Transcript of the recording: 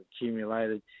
accumulated